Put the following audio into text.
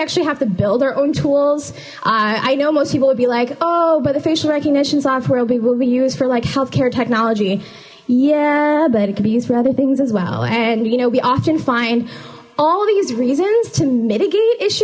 actually have to build our own tools i know most people would be like oh but the facial recognition software will be will be used for like healthcare technology yeah but it could be used for other things as well and you know we often find all these reasons to mitigate issue